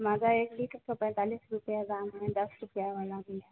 माजा एक लीटर का पैंतालीस रुपया दाम है दस रुपया वाला भी है